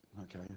okay